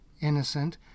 innocent